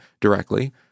directly